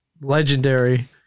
Legendary